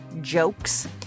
jokes